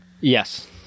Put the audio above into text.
Yes